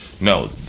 no